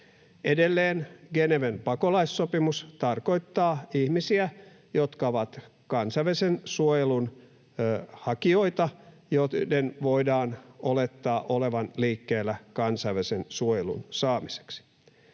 Edelleen Geneven pakolaissopimus tarkoittaa ihmisiä, jotka ovat kansainvälisen suojelun hakijoita, joiden voidaan olettaa olevan liikkeellä kansainvälisen suojelun saamiseksi.